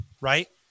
right